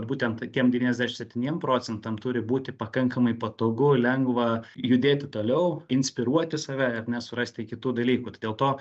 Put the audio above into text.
būtent tiem devyniasdešimt septyniem procentam turi būti pakankamai patogu lengva judėti toliau inspiruoti save ar ne surasti kitų dalykų tai dėl to